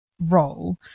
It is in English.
role